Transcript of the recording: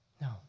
No